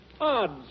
Odds